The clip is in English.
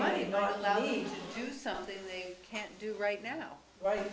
me do something they can't do right now right